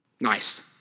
nice